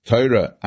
Torah